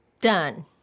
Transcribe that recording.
Done